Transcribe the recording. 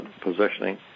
positioning